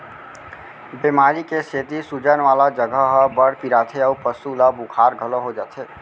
बेमारी के सेती सूजन वाला जघा ह बड़ पिराथे अउ पसु ल बुखार घलौ हो जाथे